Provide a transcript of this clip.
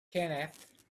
kenneth